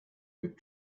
with